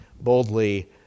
boldly